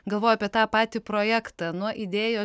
galvoju apie tą patį projektą nuo idėjos